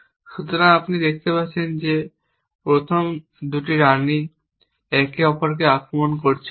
সুতরাং আমরা দেখতে পাচ্ছি যে প্রথম 2 রানী একে অপরকে আক্রমণ করছে না